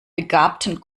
begabten